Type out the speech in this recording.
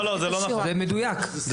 לא, זה לא נכון.